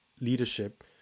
leadership